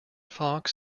fox